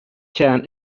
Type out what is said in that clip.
can